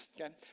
Okay